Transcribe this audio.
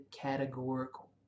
categorical